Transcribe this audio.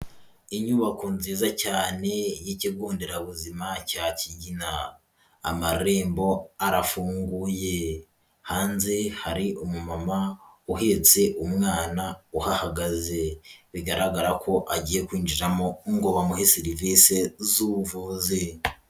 Inyubako nziza cyane y'ikigo nderabuzima cya Kigina amarembo arafunguye, hanze hari umumama uhetse umwana uhagaze, bigaragara ko agiye kwinjiramo ngo bamuhe serivisi z'ubuvuzi.